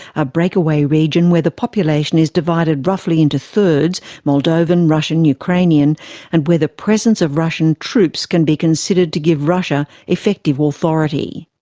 a breakaway region where the population is divided roughly into thirds moldovan, russian, ukrainian and where the presence of russian troops can be considered to give russia effective authority.